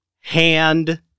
hand